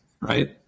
right